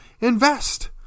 Invest